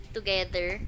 Together